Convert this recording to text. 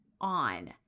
On